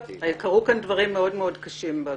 קרו כאן דברים מאוד מאוד קשים בכנסת,